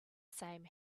same